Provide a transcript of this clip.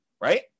right